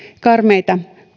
karmeita